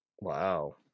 Wow